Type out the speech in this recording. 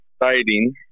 exciting